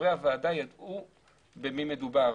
חברי הוועדה ידעו במי מדובר,